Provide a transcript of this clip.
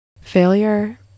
Failure